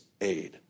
aid